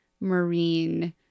marine